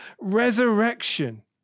resurrection